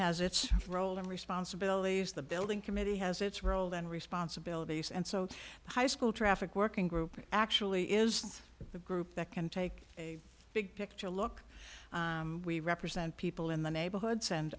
has its role and responsibilities the building committee has its role and responsibilities and so high school traffic working group actually is the group that can take a big picture look we represent people in the neighborhoods and